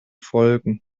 folgen